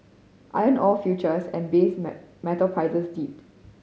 iron ore futures and base metal prices dipped